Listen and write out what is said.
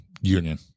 union